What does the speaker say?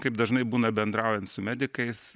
kaip dažnai būna bendraujant su medikais